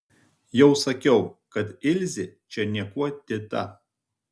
jau sakiau kad ilzė čia niekuo dėta